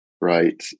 right